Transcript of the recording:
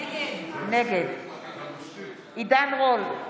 נגד עידן רול,